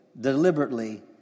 deliberately